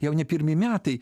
jau ne pirmi metai